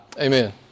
Amen